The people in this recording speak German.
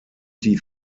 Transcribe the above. die